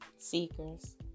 Seekers